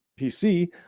PC